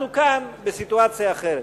אנחנו כאן בסיטואציה אחרת,